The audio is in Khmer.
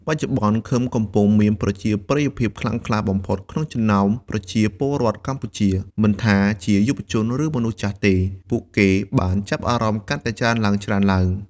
បច្ចុប្បន្ន ឃឹមកំពុងមានប្រជាប្រិយភាពខ្លាំងក្លាបំផុតក្នុងចំណោមប្រជាពលរដ្ឋកម្ពុជាមិនថាជាយុវជន ឬមនុស្សចាស់ទេ ពួកគេបានចាប់អារម្មណ៍កាន់តែច្រើនឡើងៗ។